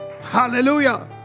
Hallelujah